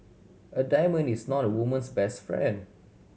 a diamond is not a woman's best friend